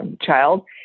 child